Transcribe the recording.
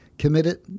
Committed